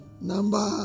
number